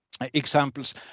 examples